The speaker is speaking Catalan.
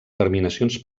terminacions